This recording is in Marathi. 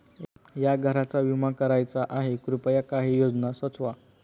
या घराचा विमा करायचा आहे कृपया काही योजना सुचवा